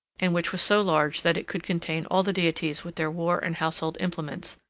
and which was so large that it could contain all the deities with their war and household implements,